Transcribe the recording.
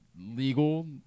legal